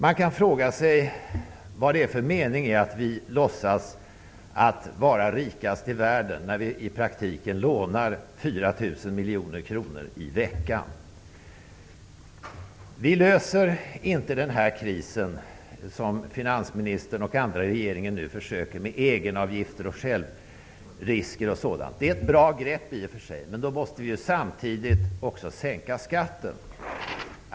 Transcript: Man kan fråga sig vad det är för mening med att låtsas vara rikast i världen när vi i praktiken lånar 4000 Vi löser inte krisen på det sätt som finansministern och andra i regeringen prövar, med egenavgifter, självrisker o.dyl. Det är bra grepp i och för sig, men då måste vi samtidigt sänka skatten.